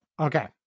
Okay